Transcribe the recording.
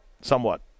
somewhat